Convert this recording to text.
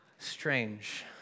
Strange